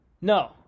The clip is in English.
No